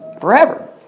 Forever